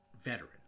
veteran